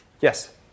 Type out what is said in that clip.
Yes